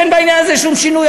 אין בעניין הזה שום שינוי,